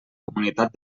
comunitat